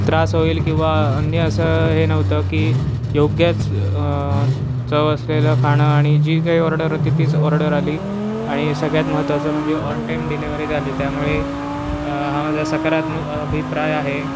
त्रास होईल किंवा अन्य असं हे नव्हतं की योग्यच चव असलेलं खाणं आणि जी काही ऑर्डर होती तीच ऑर्डर आली आणि सगळ्यात महत्त्वाचं म्हणजे ऑन टाईम डिलिव्हरी झाली त्यामुळे हा माझा सकारात्मक अभिप्राय आहे